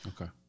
Okay